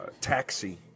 Taxi